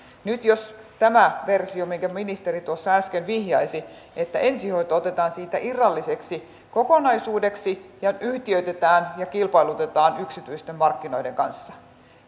nyt jos on tämä versio minkä ministeri tuossa äsken vihjasi että ensihoito otetaan siitä irralliseksi kokonaisuudeksi ja yhtiöitetään ja kilpailutetaan yksityisten markkinoiden kanssa